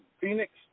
Phoenix